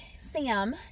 Sam